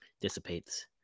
dissipates